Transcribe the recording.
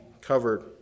covered